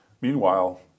Meanwhile